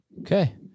okay